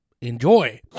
Enjoy